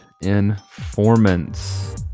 Informants